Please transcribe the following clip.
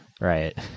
Right